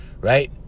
right